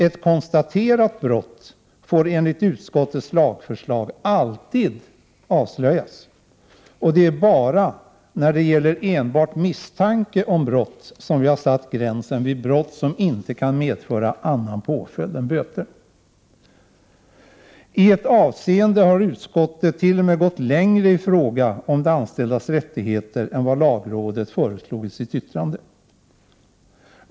Ett konstaterat brott får enligt utskottets lagförslag alltid avslöjas. Det är bara när det gäller enbart misstanke om brott som vi har satt gränsen för meddelarfriheten vid sådana brott som inte kan medföra annan påföljd än böter. I ett avseende har utskottet t.o.m. gått längre i fråga om de anställdas rättigheter än vad lagrådet föreslog i sitt yttrande.